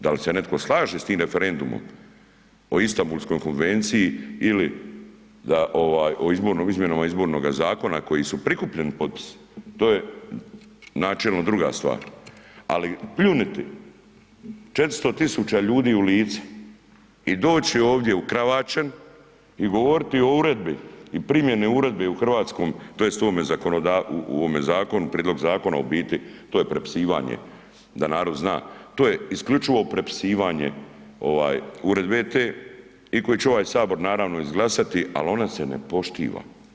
Da li se netko slaže sa tim referendumom o Istanbulskoj konvenciji ili o izmjenama Izbornog zakona koji su prikupljeni potpisi, to je načelno druga stvar ali pljunuti 400 000 ljudi u lice i doći ovdje ukravaćen i govoriti o uredbi i primjeni uredbe u hrvatskom tj. u ovom zakonu, prijedlog zakona a u biti to je prepisivanje da narod zna, to je isključivo prepisivanje uredbe te i koji će ovaj Sabor naravno izglasati ali ona se ne poštiva.